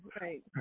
Right